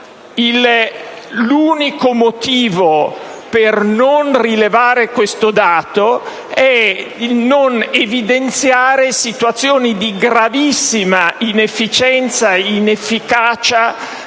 L'unico motivo per non rilevare questo dato è la volontà di non evidenziare situazioni di gravissima inefficienza e inefficacia